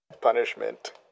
punishment